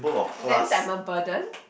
then I am a burden